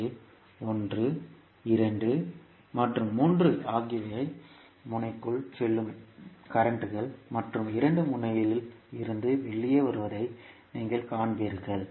எனவே 1 2 மற்றும் 3 ஆகியவை முனைக்குள் செல்லும் நீரோட்டங்கள் மற்றும் 2 முனையிலிருந்து வெளியே வருவதை நீங்கள் காண்பீர்கள்